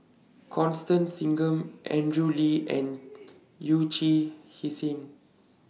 Constance Singam Andrew Lee and Yee Chia Hsing